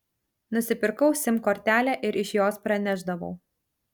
nusipirkau sim kortelę ir iš jos pranešdavau